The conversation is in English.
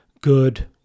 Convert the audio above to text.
good